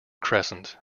crescent